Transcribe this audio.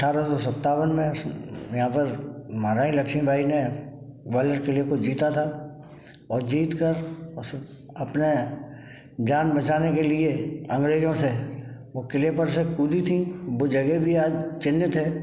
अठारह सौ सत्तावन में यहाँ पर महारानी लक्ष्मी बाई ने ग्वालियर किले को जीता था और जीत कर उस अपने जान बचाने के लिए अंग्रेजों से वो किले पर से कूदी थीं वो जगह भी आज चिन्हित है